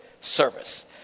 service